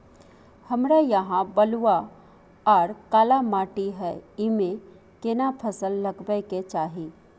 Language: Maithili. हमरा यहाँ बलूआ आर काला माटी हय ईमे केना फसल लगबै के चाही?